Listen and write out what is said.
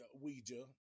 Ouija